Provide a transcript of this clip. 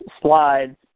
slides